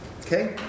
Okay